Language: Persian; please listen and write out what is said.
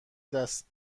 دست